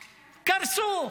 קרסה.